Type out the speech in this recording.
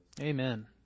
Amen